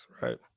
right